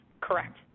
correct